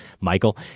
Michael